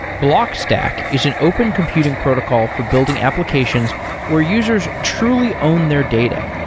blockstack is an open computing protocol for building applications where users truly own their data.